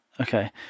Okay